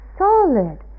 solid